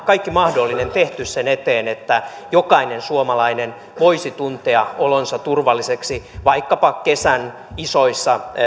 kaikki mahdollinen tehty sen eteen että jokainen suomalainen voisi tuntea olonsa turvalliseksi vaikkapa kesän isoissa